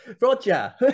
Roger